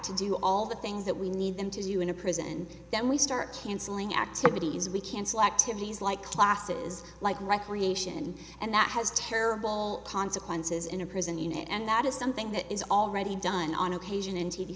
to do all the things that we need them to you in a prison then we start canceling activities we cancel activities like classes like recreation and that has terrible consequences in a prison unit and that is something that is already done on occasion